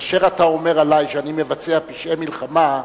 כאשר אתה אומר עלי שאני מבצע פשעי מלחמה,